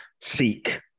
seek